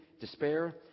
despair